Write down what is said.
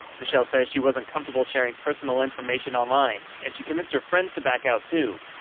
michelle says she wasn't comfortable sharing personal information online and she convinced her friends to back out, too.